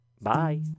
Bye